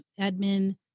admin